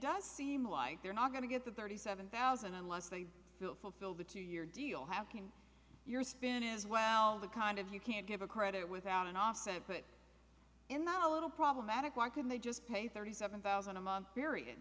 does seem like they're not going to get the thirty seven thousand unless they feel fulfilled the two year deal happened your spin is well the kind of you can't give a credit without an offset put in now a little problematic why couldn't they just pay thirty seven thousand a month period